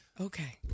Okay